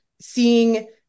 seeing